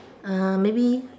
uh maybe